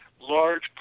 large